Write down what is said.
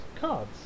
cards